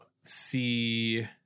see